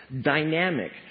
dynamic